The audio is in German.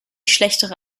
schlechtere